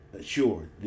sure